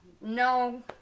no